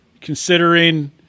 considering